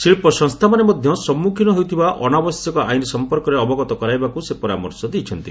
ଶିଳ୍ପ ସଂସ୍ଥାମାନେ ମଧ୍ୟ ସମ୍ମୁଖୀନ ହେଉଥିବା ଅନାବଶ୍ୟକ ଆଇନ ସମ୍ପର୍କରେ ଅବଗତ କରାଇବାକୁ ସେ ପରାମର୍ଶ ଦେଇଛନ୍ତି